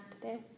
today